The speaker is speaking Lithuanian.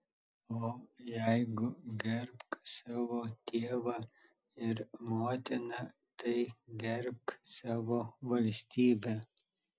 o jeigu gerbk savo tėvą ir motiną tai gerbk savo valstybę